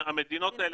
המדינות האלה,